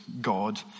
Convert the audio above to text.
God